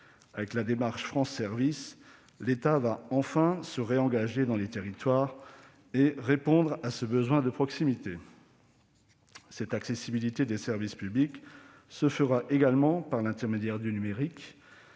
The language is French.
Avec la démarche France Services, l'État va enfin se réengager dans les territoires et répondre à ce besoin de proximité. Cette accessibilité des services publics se fera également par l'intermédiaire du numérique,